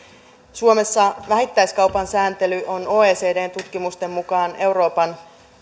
suomessa vähittäiskaupan sääntely on oecdn tutkimusten mukaan euroopan